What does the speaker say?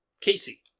Casey